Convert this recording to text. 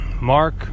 Mark